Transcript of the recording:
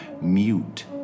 mute